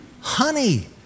honey